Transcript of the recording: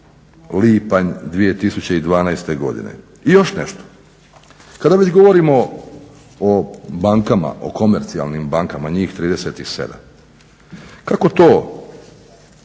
2012. godine. I još nešto, kada već govorimo o bankama, o komercijalnim bankama, njih 37, kako to